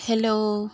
hello